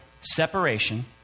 separation